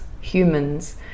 humans